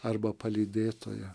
arba palydėtoja